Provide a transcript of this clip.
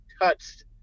touched